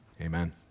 Amen